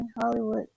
Hollywood